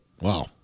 Wow